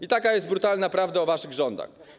I taka jest brutalna prawda o waszych rządach.